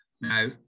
Now